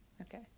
Okay